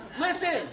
listen